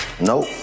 Nope